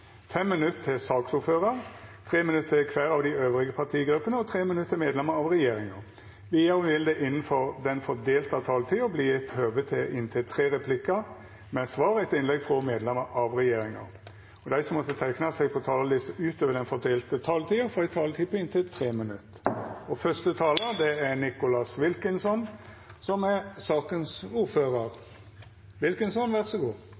minutt til kvar partigruppe og 3 minutt til medlemer av regjeringa. Vidare vil det – innanfor den fordelte taletida – verta gjeva høve til inntil tre replikkar med svar etter innlegg frå medlemer av regjeringa, og dei som måtte teikna seg på talarlista utover den fordelte taletida, får også ei taletid på inntil 3 minutt. Siden mars 2020 har vi levd i en form for unntakstilstand. Nå nærmer vi oss forhåpentligvis slutten av pandemien, men det er